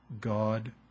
God